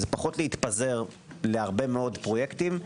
פחות להתפזר להרבה מאוד פרויקטים.